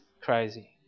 crazy